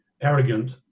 arrogant